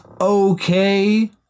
okay